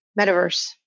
metaverse